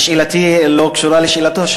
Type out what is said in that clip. שאלתי לא קשורה לשאלתו,